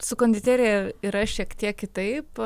su konditerija yra šiek tiek kitaip